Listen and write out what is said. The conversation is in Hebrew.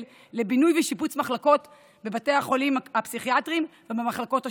לבינוי ושיפוץ מחלקות בבתי החולים הפסיכיאטריים ובמחלקות השונות,